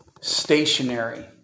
stationary